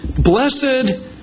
Blessed